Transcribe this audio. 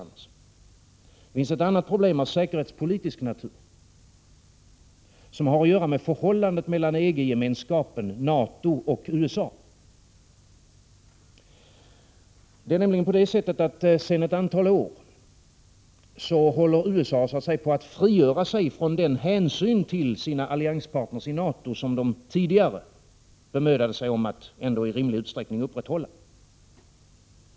Det finns ett annat problem av säkerhetspolitisk natur som har att göra med förhållandet mellan EG-gemenskapen, NATO och USA. Det är nämligen så, att USA sedan ett antal år så att säga håller på att frigöra sig från den hänsyn till sina allianspartner i NATO som man tidigare bemödade sig om att ändå i rimlig utsträckning upprätthålla.